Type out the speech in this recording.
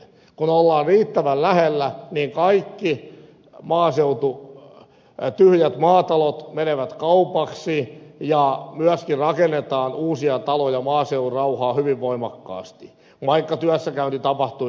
kun ollaan riittävän lähellä niin kaikki tyhjät maatalot menevät kaupaksi ja myöskin rakennetaan uusia taloja maaseudun rauhaan hyvin voimakkaasti vaikka työssäkäynti tapahtuisikin tampereelle